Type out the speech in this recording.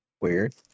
Weird